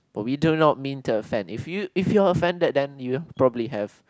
but we do not mean to offend if you if you're offended then you probably have